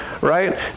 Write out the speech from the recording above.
right